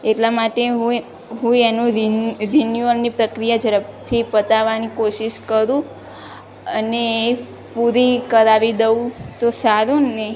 એટલા માટે હું હું એનું રિન્યૂઅલની પ્રક્રિયા ઝડપથી પતાવવાની કોશિષ કરું અને પૂરી કરાવી દઉં તો સારું ને